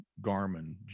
Garmin